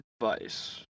advice